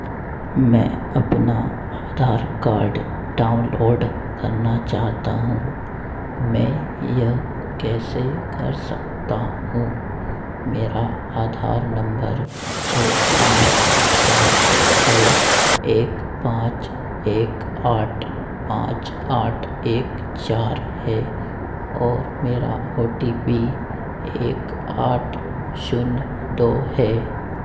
मैं अपना Aadhaar card download करना चाहता हूँ मैं यह कैसे कर सकता हूँ मेरा आधार नम्बर छः पाँच सात छः एक पाँच एक आठ पाँच आठ एक चार है और मेरा ओ टी पी एक आठ शून्य दो है